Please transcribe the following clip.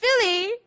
Philly